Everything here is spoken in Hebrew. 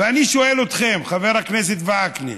ואני שואל אתכם, חבר הכנסת וקנין: